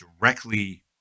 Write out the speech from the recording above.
directly